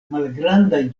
malgrandaj